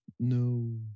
No